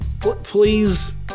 please